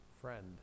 friend